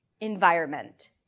environment